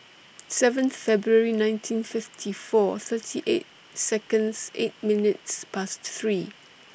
seventh February nineteen fifty four thirty eight Seconds eight minutes Past three